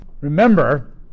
Remember